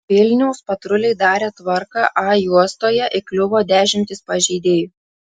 vilniaus patruliai darė tvarką a juostoje įkliuvo dešimtys pažeidėjų